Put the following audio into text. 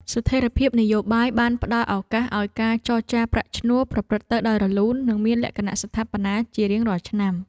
ស្ថិរភាពនយោបាយបានផ្តល់ឱកាសឱ្យការចរចាប្រាក់ឈ្នួលប្រព្រឹត្តទៅដោយរលូន និងមានលក្ខណៈស្ថាបនាជារៀងរាល់ឆ្នាំ។